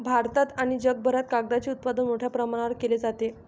भारतात आणि जगभरात कागदाचे उत्पादन मोठ्या प्रमाणावर केले जाते